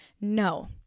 No